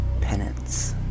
penance